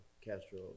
Castro